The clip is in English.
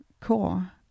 core